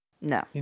No